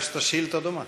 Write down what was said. הגשת שאילתה דומה.